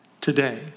today